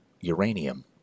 uranium